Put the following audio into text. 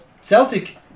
Celtic